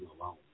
alone